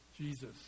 Jesus